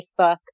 Facebook